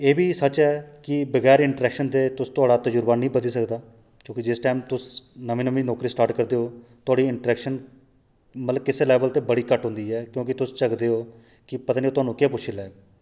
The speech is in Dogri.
एह् बी सच ऐ कि बगैर इंट्रैक्शन दे तुस थुआढ़ा तजुर्बा नेईं बधी सकदा क्योंकि जिस टाइम तुस नमीं नमीं नौकरी स्टार्ट करदे ओ थुआढ़ी इंट्रैक्शन मतलब किश लैबल ते बडी घट्ट होंदी ऐ क्योंकि तुस झकदे हो कि पता निं ओह् थुआनूं केह् पुच्छी लैन